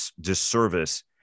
disservice